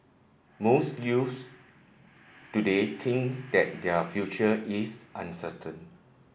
most youths today think that their future is uncertain